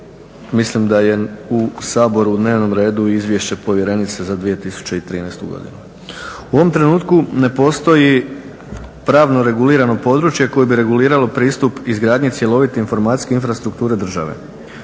mislim da je u Saboru u dnevnom redu izvješće povjerenice za 2013. godinu. U ovom trenutku ne postoji pravno regulirano područje koje bi regulirano pristup izgradnje cjelovitim … infrastrukture države.